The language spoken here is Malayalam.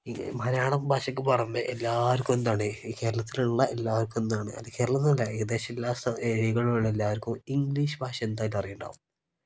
മലയാളം ഭാഷക്ക് പറയുമ്പം എല്ലാവർക്കും എന്താണ് ഈ കേരളത്തിലുള്ള എല്ലാവർക്കും എന്താണ് അലെങ്കിൽ കേരളം എന്നല്ല ഏകദേശം എല്ലാ ഏരിയകളും ഉള്ള എല്ലാവർക്കും ഇംഗ്ലീഷ് ഭാഷ എന്തായാലും അറിയുന്നുണ്ടാവും